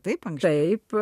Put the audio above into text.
taip antraip